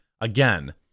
again